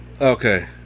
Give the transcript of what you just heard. okay